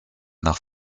nach